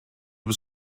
was